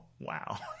wow